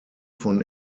von